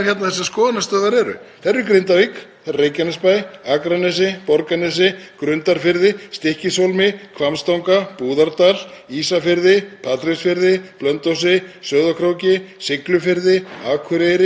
Patreksfirði, Blönduósi, Sauðárkróki, Siglufirði, Akureyri, Ólafsfirði, Húsavík, Vopnafirði, Fellabæ, Reyðarfirði, Neskaupstað, Höfn, Selfossi, Hvolsvelli og Vestmannaeyjum.